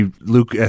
Luke